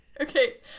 Okay